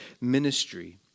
ministry